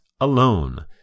Alone